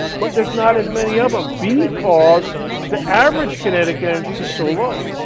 but there's not as many of them. because the average kinetic energy is so low,